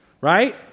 right